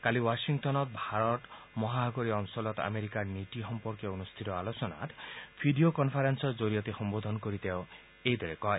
কালি ৱাখিংটনত ভাৰত মহাসাগৰীয় অঞ্চলত আমেৰিকাৰ নীতি সম্পৰ্কে অনুষ্ঠিত আলোচনাত ভিডিঅ' কনফাৰেন্সৰ জৰিয়তে সম্বোধন কৰি তেওঁ এইদৰে কয়